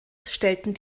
stellten